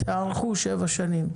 תיערכו שבע שנים.